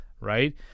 Right